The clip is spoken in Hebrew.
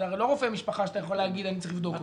זה הרי לא רופא משפחה שאתה יכול להגיד אני צריך לבדוק אותו.